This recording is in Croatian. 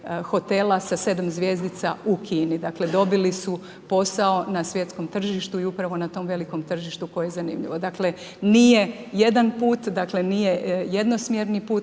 hotela sa 7 zvjezdica u Kini. Dakle, dobili su posao na svjetskom tržištu i upravo na tom velikom tržištu koje je zanimljivo. Dakle, nije jedan put, dakle nije jednosmjerni put